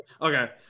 okay